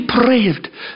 depraved